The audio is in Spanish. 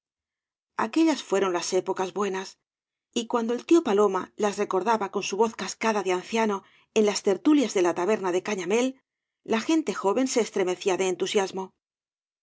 aquellas fueron las épocas buenas y cuando el tío paloma las recordaba con su voz cascada da anciano en las tertulias de la taberna de cañamél la gente joven se estremecía de entusiasmo